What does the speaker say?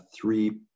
three